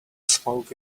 smoke